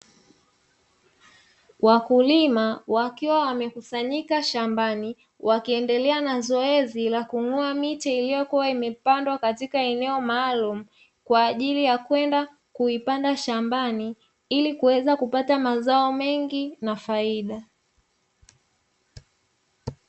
Wakulima wakiwa wamekusanyika shambani, wakiendelea na zoezi la kung'oa miche iliyokuwa imepandwa katika eneo maalumu kwa ajili ya kwenda kuipanda shambani ili kuweza kupata mazao mengi na faida.